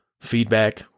feedback